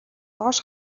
доош